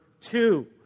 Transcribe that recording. two